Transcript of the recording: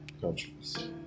countries